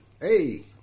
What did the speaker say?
Hey